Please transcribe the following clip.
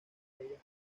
bellas